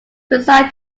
beside